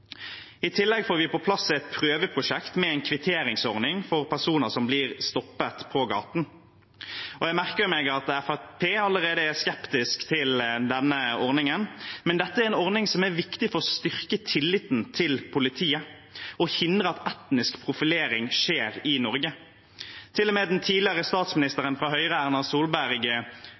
tillegg får vi på plass et prøveprosjekt med en kvitteringsordning for personer som blir stoppet på gaten. Jeg merker meg at Fremskrittspartiet allerede er skeptisk til denne ordningen, men dette er en ordning som er viktig for å styrke tilliten til politiet og hindre at etnisk profilering skjer i Norge. Til og med Erna Solberg, den tidligere statsministeren fra Høyre,